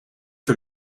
for